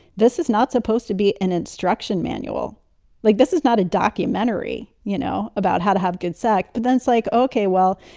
this is not supposed to be an instruction manual like this is not a documentary, you know, about how to have good sex. but then it's like, okay, well,